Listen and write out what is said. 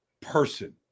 person